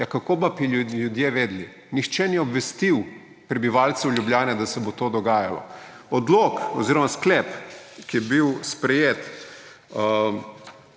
Ja, kako pa bi ljudje vedeli?! Nihče ni obvestil prebivalcev Ljubljane, da se bo to dogajalo. Odlok oziroma sklep, ki je bil sprejet